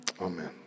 Amen